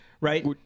right